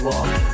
Walk